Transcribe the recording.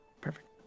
Perfect